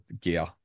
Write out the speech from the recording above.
gear